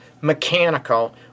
mechanical